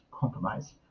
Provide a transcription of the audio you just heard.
compromise